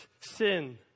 sin